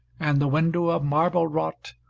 and the window of marble wrought,